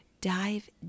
Dive